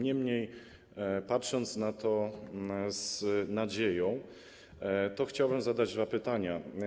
Niemniej jednak patrząc na to z nadzieją, chciałbym zadać dwa pytania.